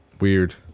Weird